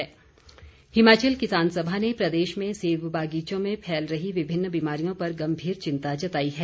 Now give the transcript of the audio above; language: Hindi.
किसान सभा हिमाचल किसान सभा ने प्रदेश में सेब बागीचों में फैल रही विभिन्न बीमारियों पर गम्भीर चिंता जताई है